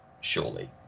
surely